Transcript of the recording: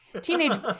Teenage